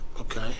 Okay